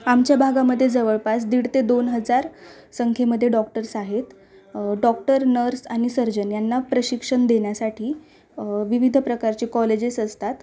आमच्या भागामध्ये जवळपास दीड ते दोन हजार संख्येमध्ये डॉक्टर्स आहेत डॉक्टर नर्स आणि सर्जन यांना प्रशिक्षण देण्यासाठी विविध प्रकारचे कॉलेजेस असतात